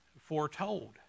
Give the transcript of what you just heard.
foretold